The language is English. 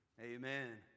Amen